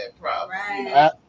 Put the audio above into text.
Right